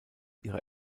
ihrer